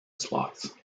slots